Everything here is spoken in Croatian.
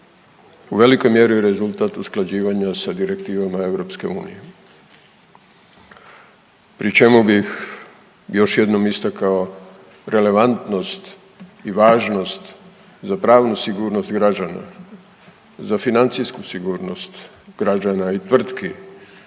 u velikoj mjeri rezultat usklađivanja sa direktivama EU, pri čemu bih još jednom istakao relevantnost i važnost za pravnu sigurnost građana, za financijsku sigurnost građana i tvrtki